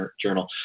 journal